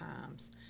Times